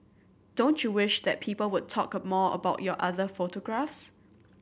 don't you wish that people would talk more about your other photographs